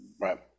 right